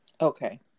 okay